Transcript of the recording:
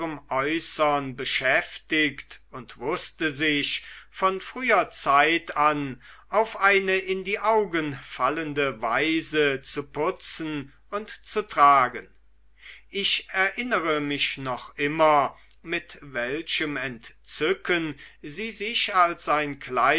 äußern beschäftigt und wußte sich von früher zeit an auf eine in die augen fallende weise zu putzen und zu tragen ich erinnere mich noch immer mit welchem entzücken sie sich als ein